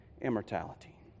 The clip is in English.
immortality